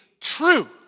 True